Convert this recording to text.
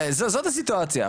זאת הסיטואציה.